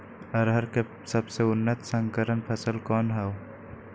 अरहर के सबसे उन्नत संकर फसल कौन हव?